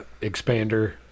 expander